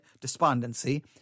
despondency